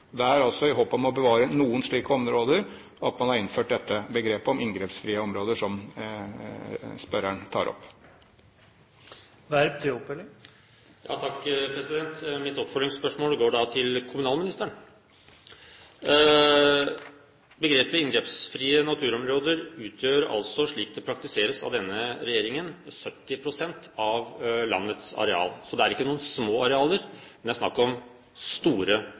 i håp om å bevare noen slike områder at man har innført dette begrepet «inngrepsfrie områder», som spørreren tar opp. Mitt tilleggsspørsmål går til kommunalministeren. De såkalte inngrepsfrie naturområder utgjør, slik det praktiseres av denne regjeringen, 70 pst. av landets areal. Det er ikke små arealer, det er snakk om store